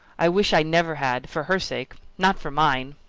i wish i never had! for her sake not for mine!